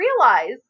realize